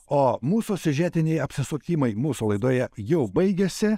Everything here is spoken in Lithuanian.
o mūsų siužetiniai apsisukimai mūsų laidoje jau baigiasi